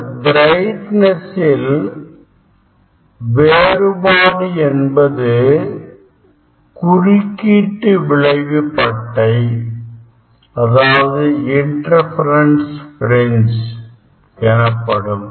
இந்த பிரைட்னஸ் இல் வேறுபாடு என்பது குறுக்கீட்டு விளைவு பட்டைஎனப்படும்